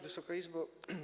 Wysoka Izbo!